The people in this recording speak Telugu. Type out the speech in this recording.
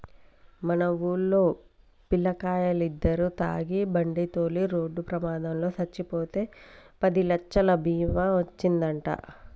మన వూల్లో పిల్లకాయలిద్దరు తాగి బండితోలి రోడ్డు ప్రమాదంలో సచ్చిపోతే పదిలచ్చలు బీమా ఒచ్చిందంట